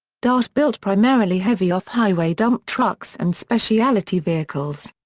dart built primarily heavy off-highway dump trucks and specialty vehicles.